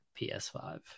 PS5